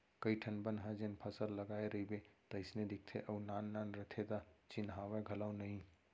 कइ ठन बन ह जेन फसल लगाय रइबे तइसने दिखते अउ नान नान रथे त चिन्हावय घलौ नइ